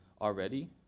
already